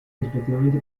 rispettivamente